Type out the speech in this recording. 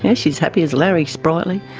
yeah she's happy as larry, sprightly.